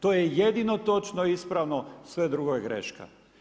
To je jedino točno i ispravno, sve drugo je greška.